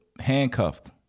handcuffed